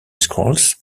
scrolls